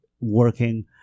working